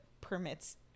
permits